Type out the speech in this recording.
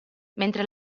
mentre